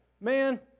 Man